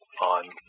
on